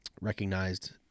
recognized